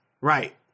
Right